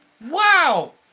Wow